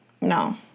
No